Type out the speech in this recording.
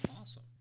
Awesome